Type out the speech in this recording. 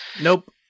Nope